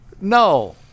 No